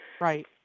Right